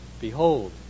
behold